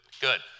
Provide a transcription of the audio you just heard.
good